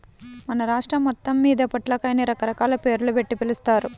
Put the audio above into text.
మన రాష్ట్రం మొత్తమ్మీద పొట్లకాయని రకరకాల పేర్లుబెట్టి పిలుస్తారు